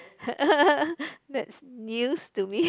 that news to me